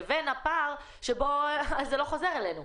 לבין הפער שבו זה לא חוזר אלינו.